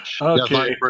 okay